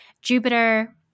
Jupiter